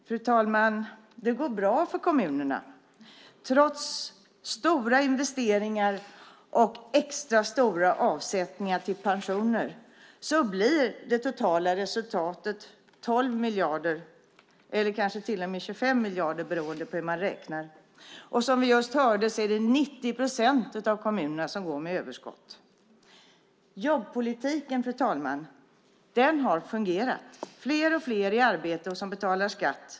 Fru talman! Det går bra för kommunerna. Trots stora investeringar och extra stora avsättningar till pensioner blir det totala resultatet 12 miljarder, eller kanske till och med 25 miljarder beroende på hur man räknar. Som vi just hörde är det 90 procent av kommunerna som går med överskott. Jobbpolitiken, fru talman, har fungerat. Fler och fler arbetar och betalar skatt.